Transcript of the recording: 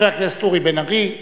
חבר הכנסת אורי בן-ארי.